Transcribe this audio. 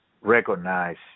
recognize